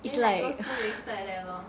then like go school wasted leh lor